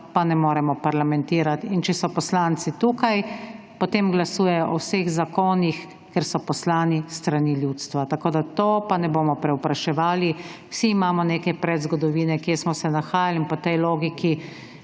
pa ne moremo parlamentirati. In če so poslanci tukaj, potem glasujejo o vseh zakonih, ker so poslani s strani ljudstva. O tem se pa ne bomo prevpraševali. Vsi imamo neke predzgodovine, kje smo se nahajali. Po tej logiki